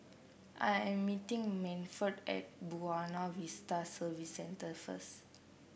I am meeting Manford at Buona Vista Service Centre first